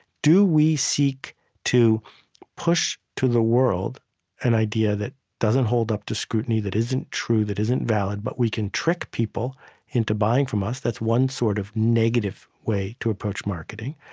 do we seek to push to the world an idea that doesn't hold up to scrutiny, that isn't true, that isn't valid, but we can trick people into buying from us? that's one sort of negative way to approach marketing.